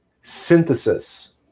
synthesis